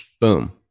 boom